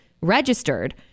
registered